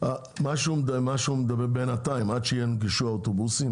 מה שהוא מדבר בינתיים עד שיונגשו האוטובוסים,